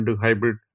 hybrid